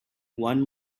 one